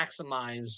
maximize